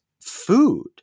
food